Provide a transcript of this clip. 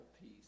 peace